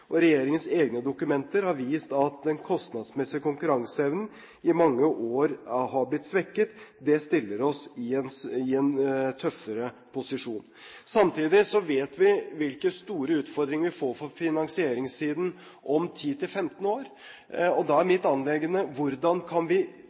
regjeringens egne dokumenter har vist at den kostnadsmessige konkurranseevnen i mange år har blitt svekket. Det stiller oss i en tøffere posisjon. Samtidig vet vi hvilke store utfordringer vi vil få på finansieringssiden om 10–15 år. Da er